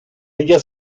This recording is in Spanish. ella